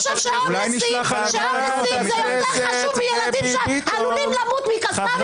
הוא חושב שהומלסים זה יותר חשוב מילדים שעלולים למות מקסאמים.